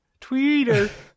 tweeter